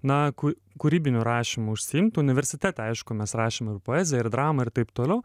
na ku kūrybiniu rašymu užsiimt universitete aišku mes rašėme ir poeziją ir dramą ir taip toliau